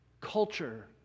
culture